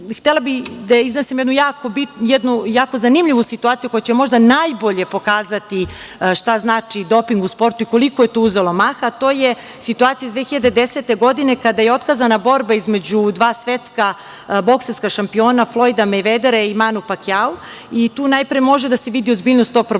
smeta. Htela bih da iznesem jednu jako zanimljivu situaciju koja će možda najbolje pokazati šta znači doping u sportu i koliko je to uzelo maha, a to je situacija iz 2010. godine kada je otkazana borba između dva svetska bokserska šampiona, Flojda Mejvedera i Manu Pakjau. Tu najpre može da se vidi ozbiljnost tog problema,